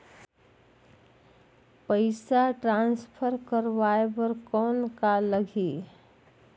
पइसा ट्रांसफर करवाय बर कौन का लगही?